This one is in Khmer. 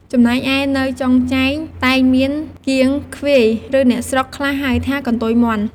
ចំណែកឯនៅចុងចែងតែងឃើញមាន “គាង ឃ្វាយ” ឬអ្នកស្រុកខ្លះហៅថា “កន្ទុយមាន់” ។